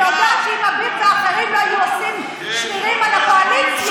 היא יודעת שאם אביר ואחרים לא היו עושים שרירים על הקואליציה,